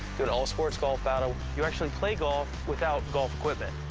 do an all sports golf battle. you actually play golf without golf equipment.